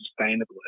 sustainable